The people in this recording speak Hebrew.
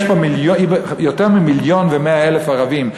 יש פה יותר ממיליון ו-100,000 ערבים,